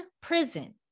prison